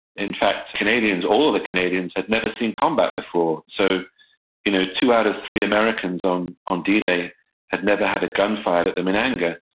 in fact, canadians, all of the canadians, had never seen combat before. so you know two out of three americans on on d-day had never had a gun fired at them in anger.